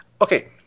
Okay